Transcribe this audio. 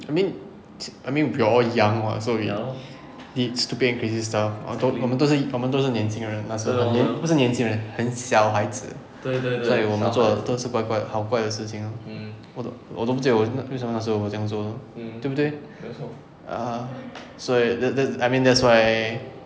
I mean it's I mean we are all young [what] so we did stupid and crazy stuff 我们都是我们都是年轻人那时候我们都是年轻人很小孩子所以我们做的怪怪好怪的事情 lor 我都我都不见我为什么那时候我这样做对不对 ah 所以 that's that's I mean that's why